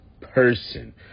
person